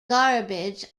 garbage